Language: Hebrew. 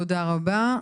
תודה רבה.